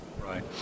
Right